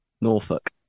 Norfolk